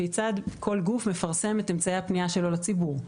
כיצד כל גוף מפרסם את אמצעי הפנייה אליו לציבור.